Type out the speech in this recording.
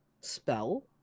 spell